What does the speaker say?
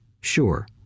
sure